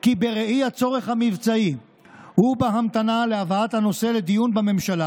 כי בראי הצורך המבצעי ובהמתנה להבאת הנושא לדיון בממשלה